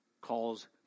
calls